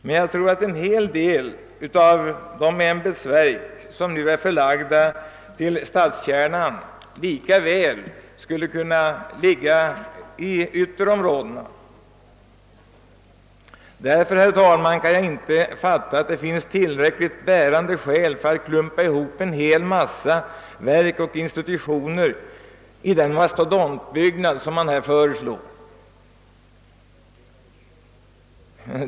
Men jag tror att en hel del av de ämbetsverk som nu är förlagda till stadskärnan lika väl skulle kunna ligga i ytterområdena. Därför, herr talman, kan jag inte förstå att det finns tillräckligt bärande skäl för att klumpa ihop en hel massa verk och institutioner i den mastodontbyggnad som här föreslås.